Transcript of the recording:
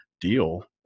deal